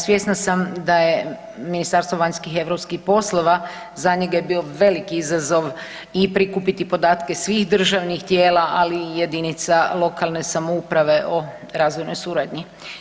Svjesna sam da je Ministarstvo vanjskih i europskih poslova za njega je bio veliki izazov i prikupiti podatke svih državnih tijela, ali i jedinica lokalne samouprave o razvojnoj suradnji.